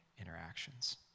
interactions